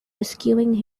rescuing